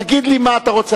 תגיד לי מה אתה רוצה.